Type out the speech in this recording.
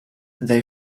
they